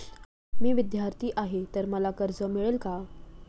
मी विद्यार्थी आहे तर मला कर्ज मिळेल का?